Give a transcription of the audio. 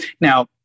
Now